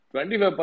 25%